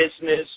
business